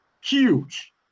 Huge